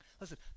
Listen